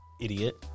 idiot